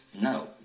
No